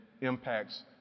impacts